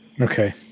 Okay